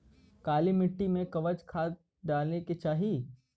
काली मिट्टी में कवन खाद डाले के चाही?